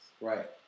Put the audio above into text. Right